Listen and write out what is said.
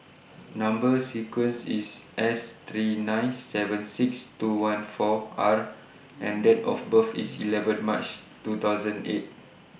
Number sequence IS S three nine seven six two one four R and Date of birth IS eleven March two thousand eight